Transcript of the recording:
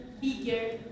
bigger